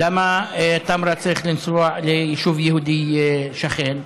למה מטמרה צריך לנסוע ליישוב יהודי שכן,